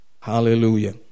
Hallelujah